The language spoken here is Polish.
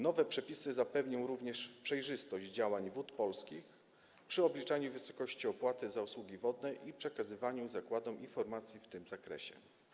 Nowe przepisy zapewnią również przejrzystość działań Wód Polskich przy obliczaniu wysokości opłaty za usługi wodne i przekazywaniu zakładom informacji w tym zakresie.